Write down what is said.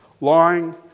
lying